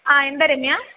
ആ എന്താണ് രമ്യാ